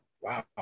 wow